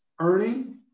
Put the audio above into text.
earning